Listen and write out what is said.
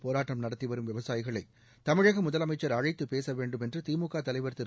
போராட்டம் நடத்தி வரும் விவசாயிகளை தமிழக முதலமைச்சர் அழைத்துப் பேச வேண்டும் என்று திமுக தலைவர் திரு